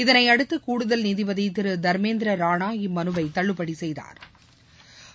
இதனையடுத்து கூடுதல் நீதிபதி திரு தர்மேந்திர ராணா இம்மனுவை தள்ளுபடி செய்தாா்